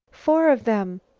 four of them!